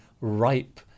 ripe